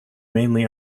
mainly